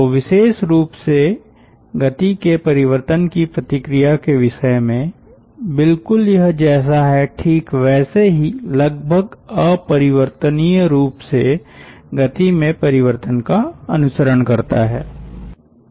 तो विशेष रूप से गति के परिवर्तन की प्रतिक्रिया के विषय में बिल्कुल यह जैसा है ठीक वैसे ही लगभग अपरिवर्तनीय रूप से गति में परिवर्तन का अनुसरण करता है